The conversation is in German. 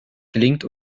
gelingt